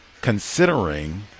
considering